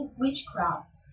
witchcraft